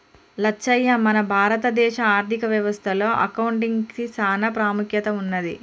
లచ్చయ్య మన భారత దేశ ఆర్థిక వ్యవస్థ లో అకౌంటిగ్కి సాన పాముఖ్యత ఉన్నది